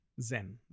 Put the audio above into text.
Zen